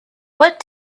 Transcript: what